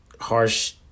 harsh